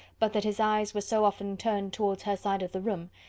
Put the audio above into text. but that his eyes were so often turned towards her side of the room,